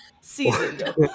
Seasoned